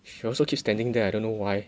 she also keep standing there I don't know why